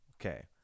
Okay